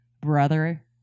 brother